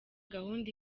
gahunda